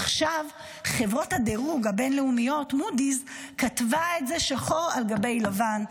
עכשיו חברת הדירוג הבין-לאומית מודי'ס כתבה את זה שחור על גבי לבן,